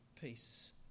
peace